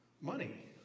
money